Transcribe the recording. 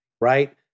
right